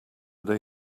they